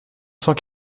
cents